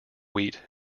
wheat